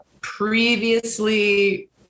previously